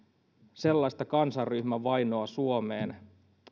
sellaista kansanryhmän vainoa suomeen